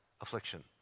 affliction